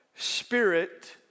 spirit